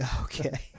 Okay